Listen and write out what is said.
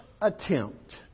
attempt